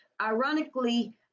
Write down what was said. ironically